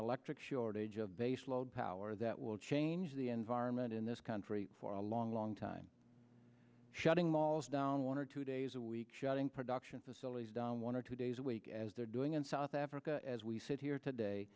electric shortage of baseload power that will change the environment in this country for a long long time shutting mauls down one or two days a week shutting production facilities down one or two days a week as they're doing in south africa as we sit here today